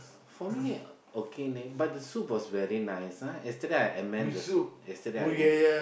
for me okay leh but the soup was very nice lah yesterday I mean the soup yesterday I mean